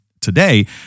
today